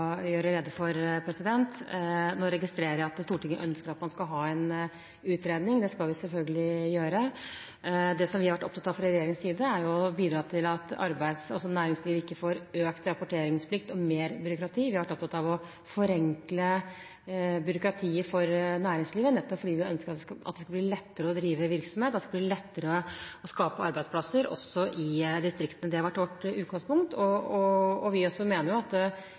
gjøre rede for. Jeg registrerer at Stortinget ønsker at man skal ha en utredning. Det skal vi selvfølgelig sørge for. Det vi har vært opptatt av fra regjeringens side, er å bidra til at næringslivet ikke får økt rapporteringsplikt og mer byråkrati. Vi har vært opptatt av å forenkle byråkratiet for næringslivet, nettopp fordi vi ønsker at det skal bli lettere å drive virksomhet, og at det skal bli lettere å skape arbeidsplasser også i distriktene. Det har vært vårt utgangspunkt, og også vi mener at et eventuelt nytt regelverk, eller endrede lovverk, må ta høyde for at